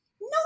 no